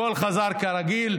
הכול חזר להיות כרגיל.